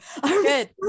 good